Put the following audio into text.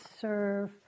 serve